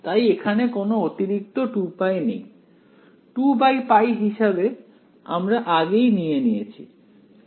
তাই এখানে কোনো অতিরিক্ত 2π নেই 2π হিসেবে আমরা আগেই নিয়ে নিয়েছি